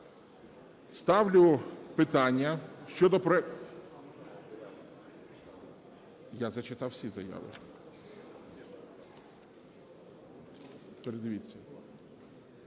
ставлю питання щодо проекту… Я зачитав всі заяви. Передивіться,